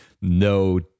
no